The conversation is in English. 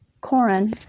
Corin